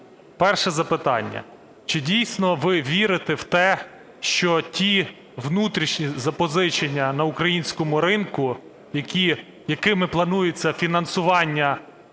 Перше запитання. Чи дійсно ви вірити в те, що ті внутрішні запозичення на українському ринку, якими планується фінансування